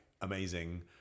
amazing